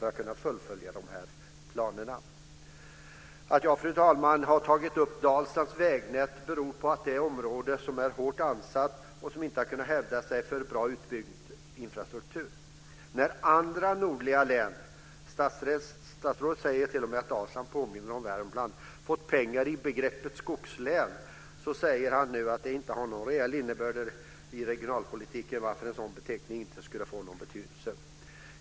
Att jag, fru talman, har tagit upp Dalslands vägnät beror på att det är ett område som är hårt ansatt och som inte har kunnat hävda sig för att få en bra utbyggd infrastruktur. När andra nordliga län - statsrådet säger t.o.m. att Dalsland påminner om Värmland - fått pengar utifrån begreppet "skogslän" säger nu statsrådet att detta inte har någon reell innebörd i regionalpolitiken, varför en sådan beteckning inte skulle få någon betydelse.